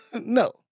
No